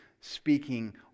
speaking